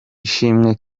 ishimwe